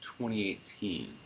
2018